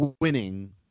winning